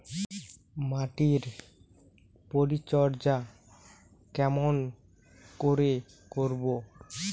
মাটির পরিচর্যা কেমন করে করব?